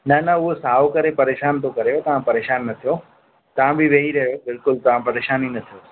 न न उहो साओ करे परेशान थो करे तव्हां परेशान न थियो तव्हां बि वेही रहियो बिल्कुलु तव्हां परेशान न थियो